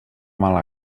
mala